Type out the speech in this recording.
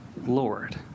Lord